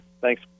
Thanks